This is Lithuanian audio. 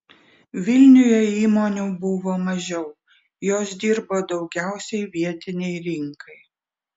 vilniuje įmonių buvo mažiau jos dirbo daugiausiai vietinei rinkai